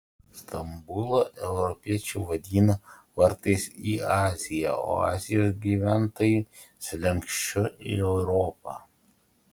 stambulą europiečiai vadina vartais į aziją o azijos gyventojai slenksčiu į europą